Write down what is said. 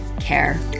care